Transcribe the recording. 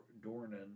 Dornan